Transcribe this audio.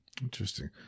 Interesting